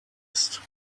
ist